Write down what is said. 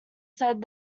said